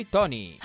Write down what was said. Tony